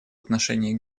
отношении